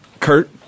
Kurt